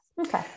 Okay